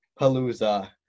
palooza